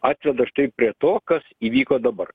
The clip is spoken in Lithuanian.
atveda štai prie to kas įvyko dabar